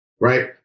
right